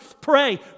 Pray